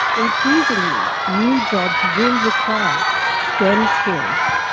increasingly, new jobs will require stem skills,